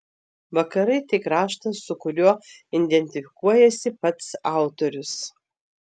vakarai tai kraštas su kuriuo identifikuojasi pats autorius